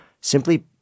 simply